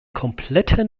komplette